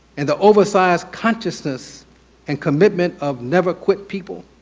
and the oversized consciousness and commitment of never quit people.